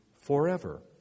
forever